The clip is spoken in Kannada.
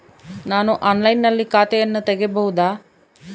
ನಾನು ಆನ್ಲೈನಿನಲ್ಲಿ ಖಾತೆಯನ್ನ ತೆಗೆಯಬಹುದಾ?